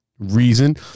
Reason